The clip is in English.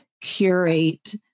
curate